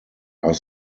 are